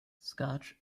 scotch